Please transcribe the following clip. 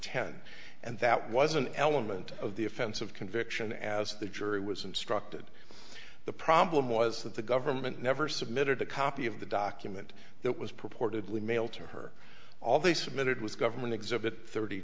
ten and that was an element of the offense of conviction as the jury was instructed the problem was that the government never submitted a copy of the document that was purportedly mail to her all they submitted was government exhibit thirty